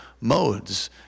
modes